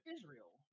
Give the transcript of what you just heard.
Israel